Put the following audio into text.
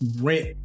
rent